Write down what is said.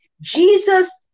Jesus